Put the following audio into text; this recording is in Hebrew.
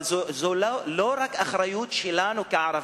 אבל, זו לא רק אחריות שלנו כערבים,